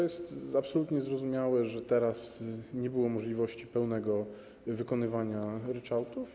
Jest absolutnie zrozumiałe, że teraz nie było możliwości pełnego wykonywania ryczałtów.